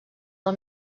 del